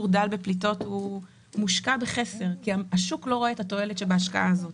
דל בפליטות היא בחסר כי השוק לא רואה את התועלת שבהשקעה הזאת.